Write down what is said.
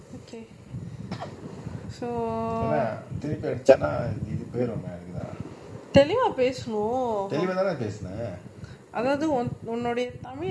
uh english வந்து ஒரு:vanthu oru english தான் ஆனா:thaana aana fluent ah இருக்கணும்:irukanum